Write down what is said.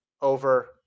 over